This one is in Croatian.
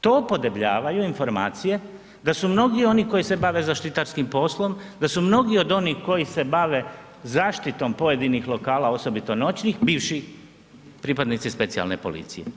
To podebljavaju informacije da su mnogi oni koji se bave zaštitarskim poslom, da su mnogi od onih koji se bave zaštitom pojedinih lokala osobito noćnih bivši pripadnici specijalne policije.